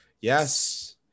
Yes